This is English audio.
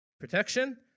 protection